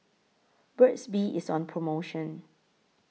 Burt's Bee IS on promotion